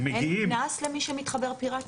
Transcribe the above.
אין קנס למי שמתחבר פיראטית?